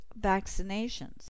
vaccinations